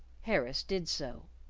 harris did so.